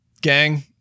gang